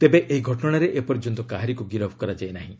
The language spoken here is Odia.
ତେବେ ଏହି ଘଟଣାରେ ଏପର୍ଯ୍ୟନ୍ତ କାହାରିକୁ ଗିରଫ କରାଯାଇ ନାହିଁ